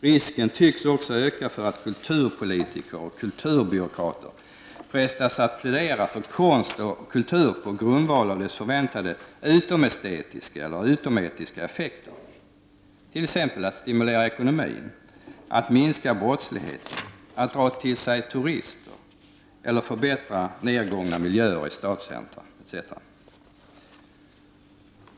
Risken tycks också öka för att kulturpolitiker och kulturbyråkrater frestas att plädera för konst och kultur på grundval av dess förväntade utomestetiska eller utometiska effekter — t.ex. att stimulera ekonomin, att minska brottsligheten, att dra till sig turister eller förbättra nedgångna miljöer i stadscentra etc.